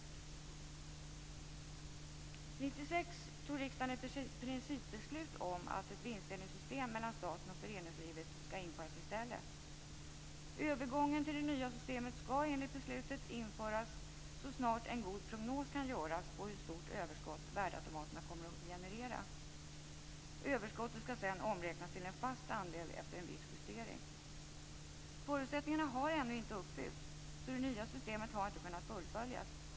År 1996 fattade riksdagen ett principbeslut om att ett vinstdelningssystem mellan staten och näringslivet skall införas i stället. Övergången till det nya systemet skall enligt beslutet göras så snart en god prognos kan göras på hur stort överskott värdeautomaterna kommer att generera. Överskottet skall sedan omräknas till en fast andel efter en viss justering. Förutsättningarna har ännu inte uppfyllts. Det nya systemet har därför inte kunnat fullföljas.